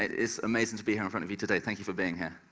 it's amazing to be here in front of you today. thank you for being here.